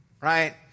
right